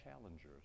challengers